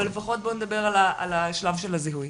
אבל לפחות בואו נדבר על השלב של הזיהוי.